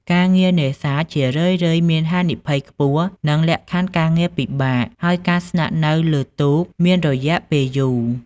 ការងារនេសាទនេះជារឿយៗមានហានិភ័យខ្ពស់ និងលក្ខខណ្ឌការងារពិបាក ហើយការស្នាក់នៅលើទូកមានរយៈពេលយូរ។